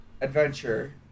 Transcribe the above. adventure